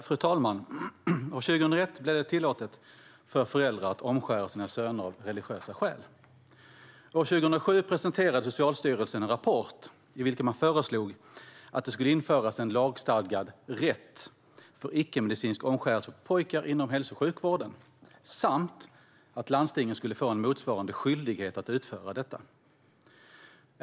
Fru talman! År 2001 blev det tillåtet för föräldrar att omskära sina söner av religiösa skäl. År 2007 presenterade Socialstyrelsen en rapport i vilken man föreslog att det skulle införas en lagstadgad "rätt" för icke-medicinsk omskärelse på pojkar inom hälso och sjukvården samt att landstingen skulle få en motsvarande skyldighet att utföra detta.